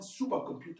supercomputer